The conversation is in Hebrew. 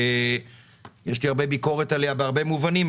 שיש לי ביקורת עליה בהרבה מובנים,